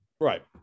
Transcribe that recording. Right